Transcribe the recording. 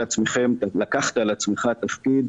לקחת על עצמך תפקיד